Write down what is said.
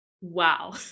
Wow